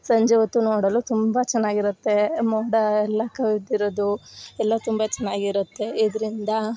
ಸಂಜೆ ಹೊತ್ತು ನೋಡಲು ತುಂಬ ಚೆನ್ನಾಗಿರುತ್ತೇ ಮೋಡ ಎಲ್ಲ ಕವಿದಿರೋದು ಎಲ್ಲ ತುಂಬ ಚೆನ್ನಾಗಿರುತ್ತೆ ಇದರಿಂದ